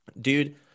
Dude